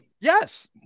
Yes